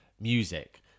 music